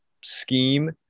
scheme